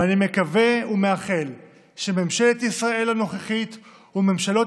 ואני מקווה ומאחל שממשלת ישראל הנוכחית וממשלות